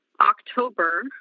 October